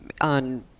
on